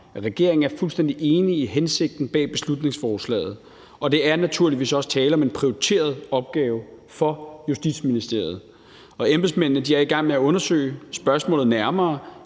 regeringen er fuldstændig enig i hensigten bag beslutningsforslaget. Der er naturligvis også tale om en prioriteret opgave for Justitsministeriet, og embedsmændene er i gang med at undersøge spørgsmålet nærmere,